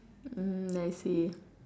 hmm I see